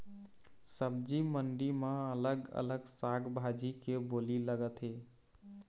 सब्जी मंडी म अलग अलग साग भाजी के बोली लगथे